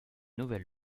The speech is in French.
nouvelle